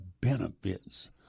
benefits